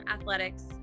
athletics